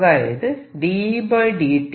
അതായത് dEdtn→n 1